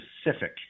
specific